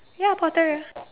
ya potterer